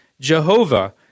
Jehovah